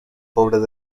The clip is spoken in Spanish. pobres